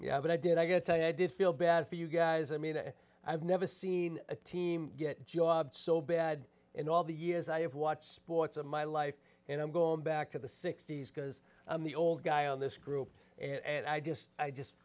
yeah but i did i guess i did feel bad for you guys i mean i've never seen a team get so bad in all the years i have watched sports in my life and i'm gone back to the sixty's because i'm the old guy on this group and i just i just